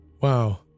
wow